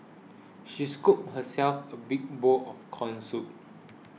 she scooped herself a big bowl of Corn Soup